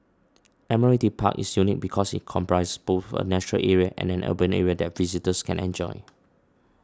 Admiralty Park is unique because it comprises both a nature area and an urban area that visitors can enjoy